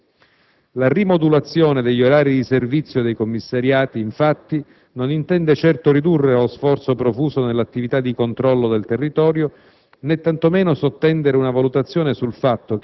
Aurelio, Monteverde, San Paolo e San Basilio. La rimodulazione degli orari di servizio dei commissariati, infatti, non intende certo ridurre lo sforzo profuso nell'attività di controllo del territorio,